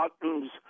buttons